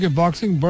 boxing